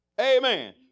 Amen